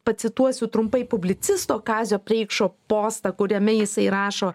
pacituosiu trumpai publicisto kazio preikšo postą kuriame jisai rašo